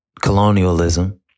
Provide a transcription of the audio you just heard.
colonialism